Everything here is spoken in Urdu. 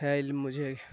ہے علم مجھے